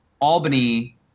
albany